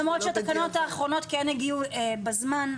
התקנות האחרונות כן הגיעו בזמן,